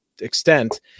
extent